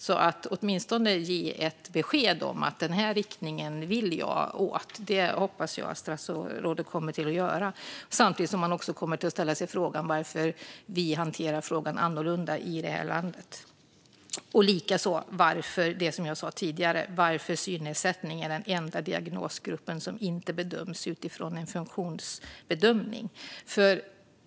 Jag hoppas att statsrådet kommer att ge ett besked om viljeinriktningen. Samtidigt kan vi ställa oss frågan varför vi hanterar synnedsättning annorlunda i det här landet. Likaså undrar jag varför synnedsättning är den enda diagnosgruppen som inte bedöms utifrån funktion.